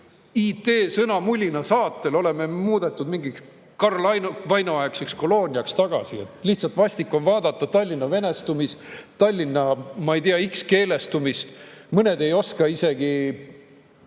IT-sõnamulina saatel muudetud mingiks Karl Vaino aegseks kolooniaks. Lihtsalt vastik on vaadata Tallinna venestumist, Tallinna, ma ei tea, x-keelestumist. Mõned ei tunne isegi